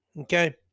Okay